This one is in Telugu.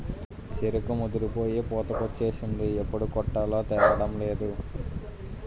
సెరుకు ముదిరిపోయి పూతకొచ్చేసింది ఎప్పుడు కొట్టాలో తేలడంలేదు